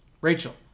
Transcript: Rachel